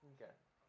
Okay